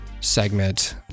segment